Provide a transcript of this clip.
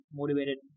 motivated